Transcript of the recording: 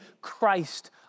Christ